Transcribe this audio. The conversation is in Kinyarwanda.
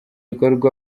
gikorwa